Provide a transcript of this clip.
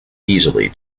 easily